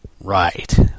Right